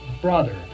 brother